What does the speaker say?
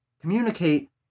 communicate